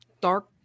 dark